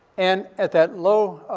and at that low, ah,